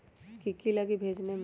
की की लगी भेजने में?